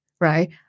right